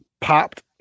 popped